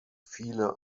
viele